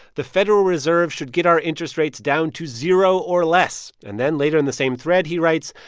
the federal reserve should get our interest rates down to zero or less. and then later in the same thread, he writes,